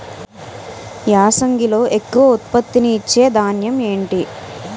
యాసంగిలో ఎక్కువ ఉత్పత్తిని ఇచే ధాన్యం ఏంటి?